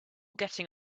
getting